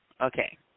Okay